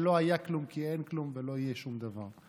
שלא היה כלום כי אין כלום ולא יהיה שום דבר.